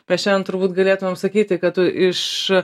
mes šiandien turbūt galėtumem sakyti kad tu iš